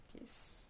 Yes